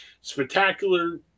spectacular